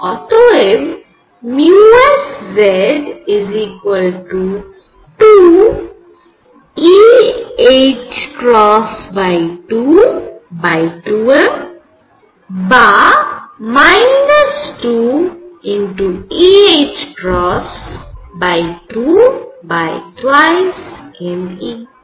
অতএব sZ2eℏ22m বা 2eℏ22me